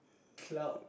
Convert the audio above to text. cloud